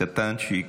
קטנצ'יק,